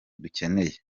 dukeneye